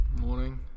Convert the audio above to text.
morning